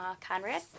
Conrad